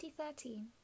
2013